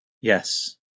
Yes